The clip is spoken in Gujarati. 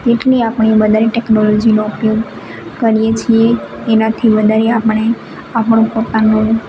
તેટલે આપણે વધારે ટેકનોલોજીનો ઉપયોગ કરીએ છીએ એનાથી વધારે આપણે આપણું પોતાનું